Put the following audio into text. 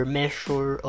measure